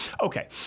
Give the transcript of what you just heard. Okay